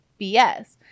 BS